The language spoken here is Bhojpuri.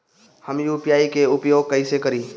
हम यू.पी.आई के उपयोग कइसे करी?